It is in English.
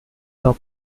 now